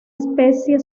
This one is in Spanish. especie